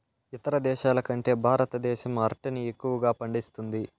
ఇతర దేశాల కంటే భారతదేశం అరటిని ఎక్కువగా పండిస్తుంది